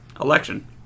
election